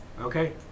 okay